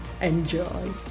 Enjoy